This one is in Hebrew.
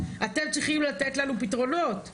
אתם צריכים לתת לנו פתרונות.